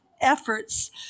efforts